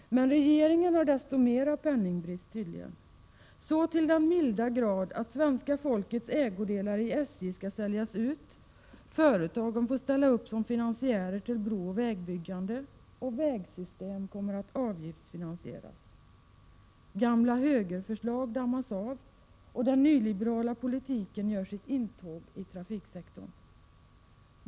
Men regeringen har tydligen desto större penningbrist, så till den milda grad att svenska folkets ägodelar i SJ skall säljas ut. Företagen får ställa upp som finansiärer till brooch vägbyggande, och vägsystem kommer att avgiftsfinansieras. Gamla högerförslag dammas av, och den nyliberala politiken gör sitt intåg i trafiksektorn.